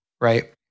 right